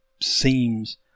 seems